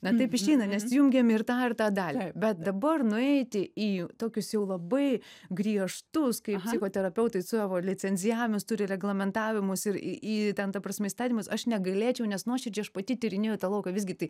bet taip išeina nes jungiam ir tą ir tą dalį bet dabar nueiti į tokius jau labai griežtus kai terapeutai savo licenzijavimus turi reglamentavimus ir į į ten ta prasme įstatymus aš negalėčiau nes nuoširdžiai aš pati tyrinėju tą lauką visgi tai